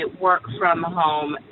work-from-home